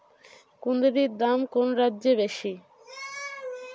কুঁদরীর দাম কোন রাজ্যে বেশি?